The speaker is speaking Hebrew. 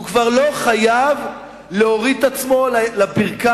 הוא כבר לא חייב להוריד את עצמו לברכיים.